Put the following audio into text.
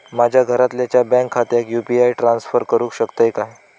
माझ्या घरातल्याच्या बँक खात्यात यू.पी.आय ट्रान्स्फर करुक शकतय काय?